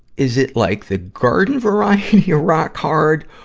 is it, like, the garden variety of rock hard,